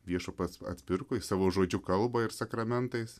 viešpats atpirko jis savo žodžiu kalba ir sakramentais